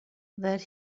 that